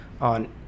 on